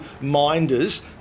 minders